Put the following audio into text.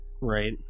Right